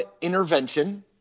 intervention